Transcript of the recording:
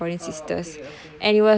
oh okay okay